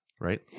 right